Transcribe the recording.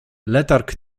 letarg